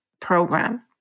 program